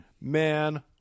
Man